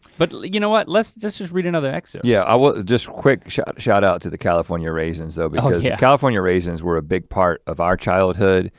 but, you know what, let's just just read another excerpt. yeah, ah just quick shout shout out to the california raisins though because yeah california raisins were a big part of our childhood,